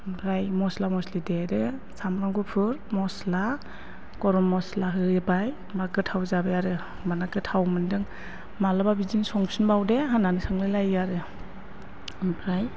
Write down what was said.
ओमफ्राय मस्ला मस्लि देदो सामब्राम गुफुर मस्ला गरम मस्ला होबाय होनबा गोथाव जाबाय आरो होनबाना गोथाव मोनो मालाबा बिदिनो संफिनबावदे होननानै सोंलायलायो आरो ओमफ्राय